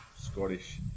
Scottish